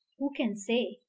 who can say?